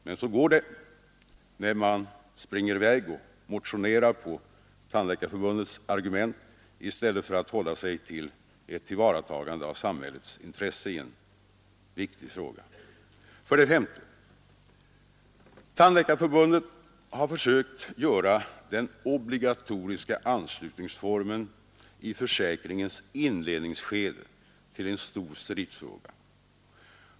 Men så blir det när man springer i väg och motionerar på Tandläkarförbundets argument i stället för att hålla sig till ett tillvaratagande av samhällets intresse i en viktig fråga. För det femte: Tandläkarförbundet har försökt göra den obligatoriska anslutningsformen i försäkringens inledningsskede till en stor stridsfråga.